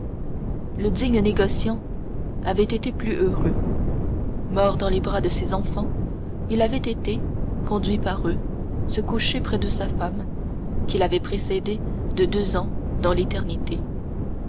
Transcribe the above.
le digne négociant avait été plus heureux mort dans les bras de ses enfants il avait été conduit par eux se coucher près de sa femme qui l'avait précédé de deux ans dans l'éternité